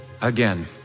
Again